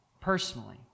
personally